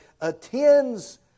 attends